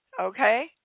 okay